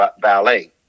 ballet